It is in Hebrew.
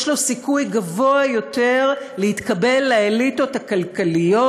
יש לו סיכוי גדול יותר להתקבל לאליטות הכלכליות,